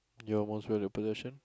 your most valued possession